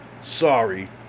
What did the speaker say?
Sorry